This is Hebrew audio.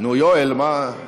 נו, יואל, מה?